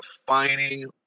defining